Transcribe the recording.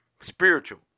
spiritual